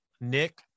Nick